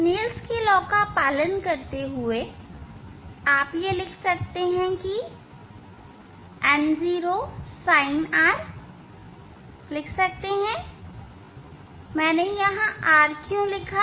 snail law Snell's law का पालन करते हुए आप लिख सकते हैं की nosinr मैंने r क्यों लिखा